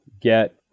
get